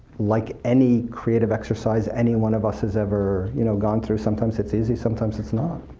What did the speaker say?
like any creative exercise any one of us has ever you know gone through, sometimes it's easy, sometimes it's not.